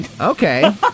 Okay